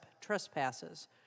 trespasses